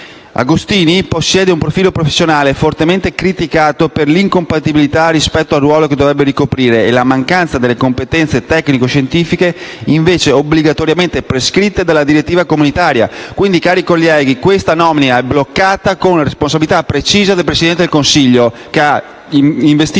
Agostini possiede un profilo professionale fortemente criticato per l'incompatibilità rispetto al ruolo che dovrebbe ricoprire e la mancanza delle competenze tecnico-scientifiche invece obbligatoriamente prescritte dalla direttiva comunitaria. Quindi, cari colleghi, questa nomina è bloccata con una responsabilità precisa del Presidente del Consiglio, che ha investito Agostini